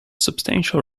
substantial